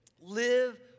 live